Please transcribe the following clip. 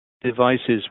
devices